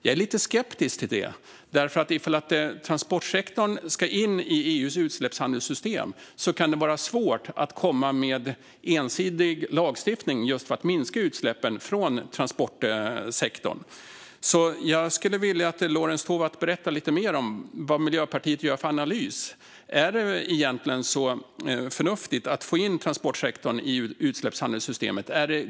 Jag är lite skeptisk till det, för ifall transportsektorn ska in i EU:s utsläppshandelssystem kan det vara svårt att komma med ensidig lagstiftning för att minska utsläppen från just transportsektorn. Jag skulle vilja att Lorentz Tovatt berättar lite mer om vad Miljöpartiet gör för analys. Är det egentligen så förnuftigt att få in transportsektorn i utsläppshandelssystemet?